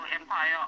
empire